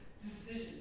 decision